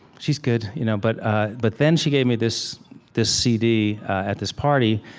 she's good. you know but ah but then she gave me this this cd at this party,